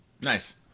Nice